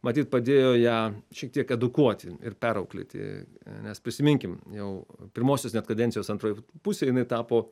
matyt padėjo ją šiek tiek edukuoti ir perauklėti nes prisiminkim jau pirmosios net kadencijos antroj pusėj jinai tapo